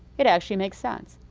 it actually makes sense.